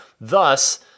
Thus